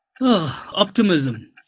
Optimism